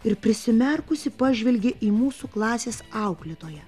ir prisimerkusi pažvelgė į mūsų klasės auklėtoją